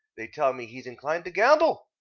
they tell me he's inclined to gamble,